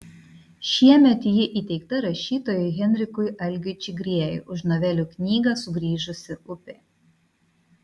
šiemet ji įteikta rašytojui henrikui algiui čigriejui už novelių knygą sugrįžusi upė